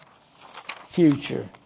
future